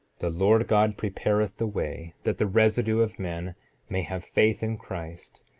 the lord god prepareth the way that the residue of men may have faith in christ,